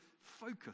focus